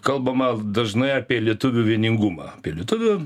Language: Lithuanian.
kalbama dažnai apie lietuvių vieningumą apie lietuvių